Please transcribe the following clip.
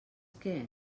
què